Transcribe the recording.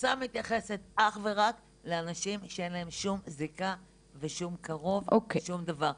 המכסה מתייחסת אך ורק לאנשים שאין להם שום זיקה ושום קרוב ושום דבר,